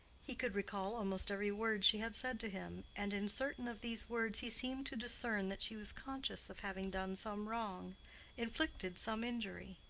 he could recall almost every word she had said to him, and in certain of these words he seemed to discern that she was conscious of having done some wrong inflicted some injury.